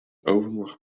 overmorgen